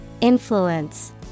Influence